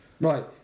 Right